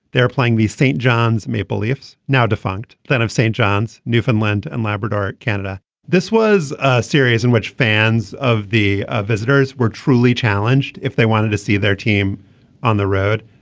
they're playing the st. john's maple leafs now defunct then st. john's newfoundland and labrador canada this was a series in which fans of the ah visitors were truly challenged if they wanted to see their team on the road.